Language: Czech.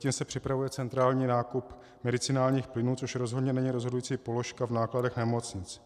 Zatím se připravuje centrální nákup medicinálních plynů, což rozhodně není rozhodující položka v nákladech nemocnic.